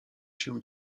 się